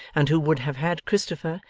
and who would have had christopher,